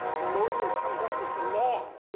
when moses comes up with the law.